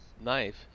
knife